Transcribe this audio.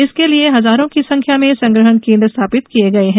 इसके लिये हजारों की संख्या में संग्रहण केन्द्र स्थापित किये गये हैं